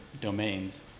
domains